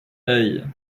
hey